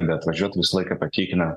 beatvažiuotų visą laiką patikina